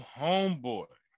homeboy